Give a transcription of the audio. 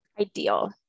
ideal